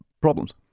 problems